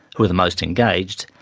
were the most engaged,